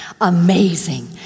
amazing